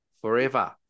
forever